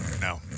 No